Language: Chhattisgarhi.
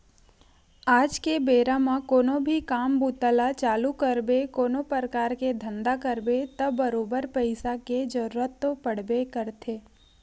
आज के बेरा म कोनो भी काम बूता ल चालू करबे कोनो परकार के धंधा करबे त बरोबर पइसा के जरुरत तो पड़बे करथे